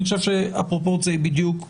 אני חושב שהפרופורציה היא בדיוק הפוכה.